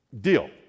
deal